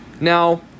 Now